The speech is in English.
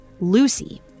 Lucy